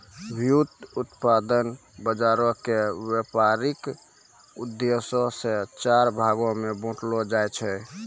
व्युत्पादन बजारो के व्यपारिक उद्देश्यो से चार भागो मे बांटलो जाय छै